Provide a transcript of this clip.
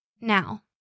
now